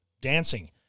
dancing